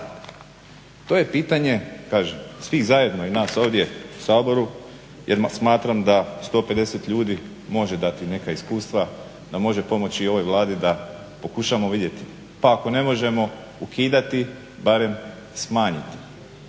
To je pitanje kažem svih zajedno i nas ovdje u Saboru jer smatram da 150 ljudi može dati neka iskustva, da može pomoći i ovoj Vladi da pokušamo vidjeti pa ako ne možemo ukidati barem smanjiti.